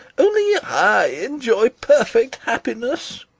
only i enjoy perfect happiness.